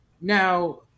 Now